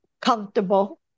comfortable